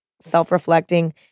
self-reflecting